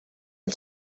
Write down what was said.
els